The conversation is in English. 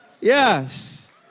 Yes